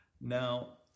Now